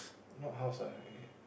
not house lah eh